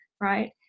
right